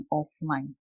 offline